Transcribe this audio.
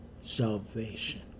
salvation